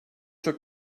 çok